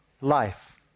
life